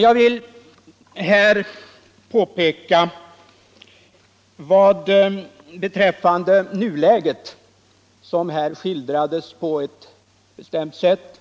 Jag vill påpeka beträffande nuläget — som här skildrades på ett bestämt sätt